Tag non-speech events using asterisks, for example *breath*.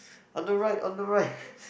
on the right on the right *breath*